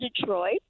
Detroit